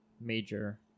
major